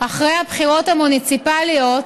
אחרי הבחירות המוניציפליות,